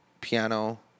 piano